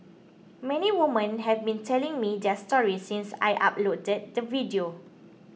many women have been telling me their stories since I uploaded the video